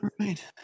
right